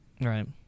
Right